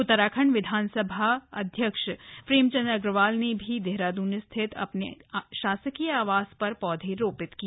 उत्तराखंड विधानसभा अध्यक्ष प्रेमचंद अग्रवाल ने भी देहरादून स्थित अपने शासकीय आवास पर पौधे रोपित किए